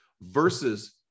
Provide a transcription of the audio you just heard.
versus